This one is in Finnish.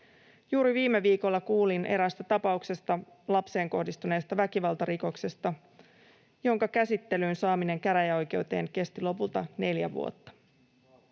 Juuri viime viikolla kuulin eräästä tapauksesta, lapseen kohdistuneesta väkivaltarikoksesta, jonka saaminen käräjäoikeuden käsittelyyn kesti lopulta neljä vuotta.